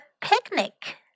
picnic